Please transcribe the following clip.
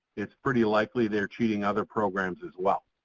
it's pretty likely they're cheating other programs as well.